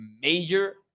major